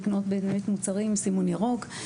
לקנות מוצרים עם סימון ירוק,